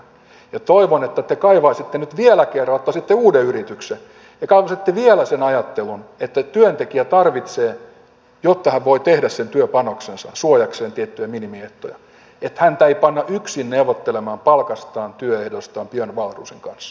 ja toivon että te kaivaisitte nyt vielä kerran ottaisitte uuden yrityksen kaivaisitte vielä sen ajattelun että työntekijä tarvitsee jotta hän voi tehdä sen työpanoksensa suojakseen tiettyjä minimiehtoja että häntä ei panna yksin neuvottelemaan palkastaan työehdoistaan björn wahlroosin kanssa